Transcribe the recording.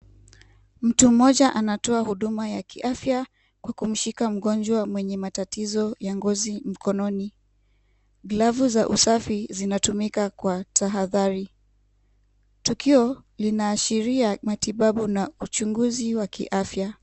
Mtu mmoja anatoa huduma ya kiafya kwa kumushika mgonjwa mwenye matatizo ya ngozi mkononi , glavu za usafi zinatumika Kwa tahathari, tukio linaashiria matibabu na uchunguzi wa kiafa.